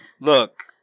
Look